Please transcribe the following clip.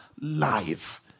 life